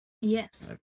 Yes